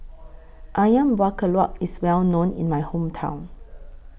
Ayam Buah Keluak IS Well known in My Hometown